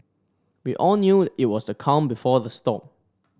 we all knew it was the calm before the storm